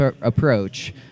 approach